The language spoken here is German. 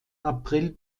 april